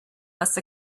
must